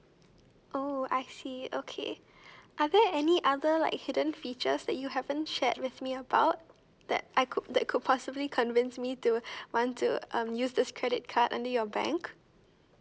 oh I see okay are there any other like hidden features that you haven't shared with me about that I could that could possibly convince me to want to um use this credit card under your bank